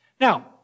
Now